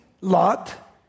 Lot